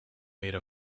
made